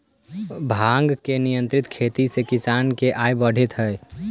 भाँग के नियंत्रित खेती से किसान के आय बढ़ित हइ